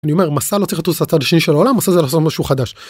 אני אומר מסע לא צריך לטוס לצד השני של העולם, מסע זה לעשות משהו חדש.